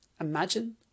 imagine